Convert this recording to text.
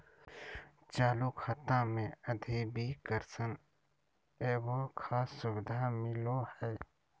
चालू खाता मे अधिविकर्षण एगो खास सुविधा मिलो हय